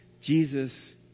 Jesus